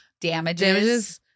damages